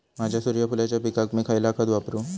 माझ्या सूर्यफुलाच्या पिकाक मी खयला खत वापरू?